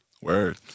Word